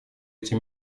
эти